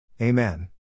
Amen